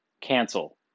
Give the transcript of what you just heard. Cancel